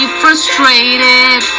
frustrated